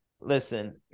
Listen